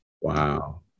Wow